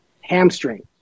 Hamstring